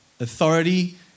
authority